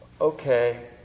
okay